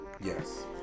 Yes